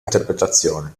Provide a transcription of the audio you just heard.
interpretazione